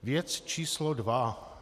Věc číslo dva.